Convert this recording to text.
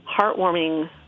heartwarming